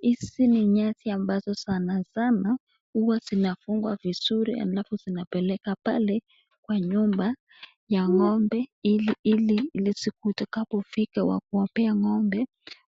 Hizi ni nyasi ambazo sana sana huwa zinafungwa vizuri halafu zinapeleka pale kwa nyumba ya ng'ombe ili ile siku itakapofika wa kuwapea ng'ombe,